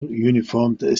uniformed